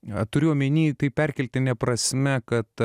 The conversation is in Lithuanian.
neturiu omenyje tai perkeltine prasme kad